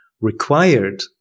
required